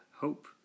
Hope